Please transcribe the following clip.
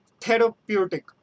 therapeutic